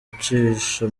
ucisha